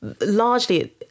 largely